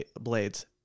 blades